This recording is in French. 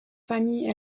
familles